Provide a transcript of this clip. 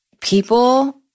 people